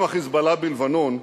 וגם ה"חיזבאללה" בלבנון,